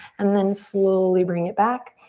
and then slowly bring it back.